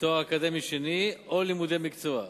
לתואר אקדמי שני או לימודי מקצוע,